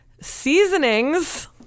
Seasonings